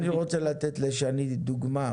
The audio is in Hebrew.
אני רוצה לתת לשני דוגמא,